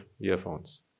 earphones